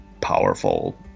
powerful